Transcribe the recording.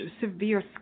severe